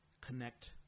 connect